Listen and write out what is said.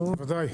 כן, ודאי.